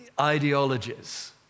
ideologies